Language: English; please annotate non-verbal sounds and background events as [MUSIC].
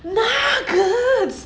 nah [NOISE]